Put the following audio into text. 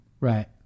right